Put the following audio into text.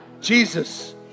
Jesus